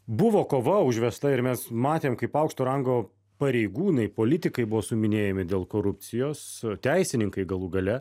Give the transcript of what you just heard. buvo kova užvesta ir mes matėm kaip aukšto rango pareigūnai politikai buvo suiminėjami dėl korupcijos teisininkai galų gale